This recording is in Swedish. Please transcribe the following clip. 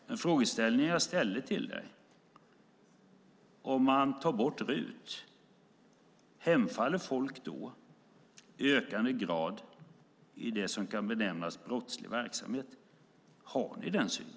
Jag frågade dig: Om man tar bort RUT, hemfaller folk då i ökande grad i det som kan benämnas brottslig verksamhet? Har ni den synen?